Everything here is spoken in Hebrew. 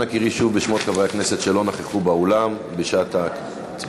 אנא קראי שוב בשמות חברי הכנסת שלא נכחו באולם בשעת ההצבעה.